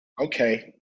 Okay